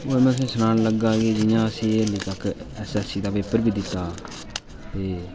जि'यां तुसेंगी सनान लगे कि एसएससी दा पेपर बी दित्ता ते